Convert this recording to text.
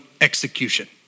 execution